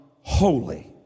holy